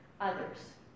others